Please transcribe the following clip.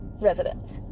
residents